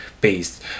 based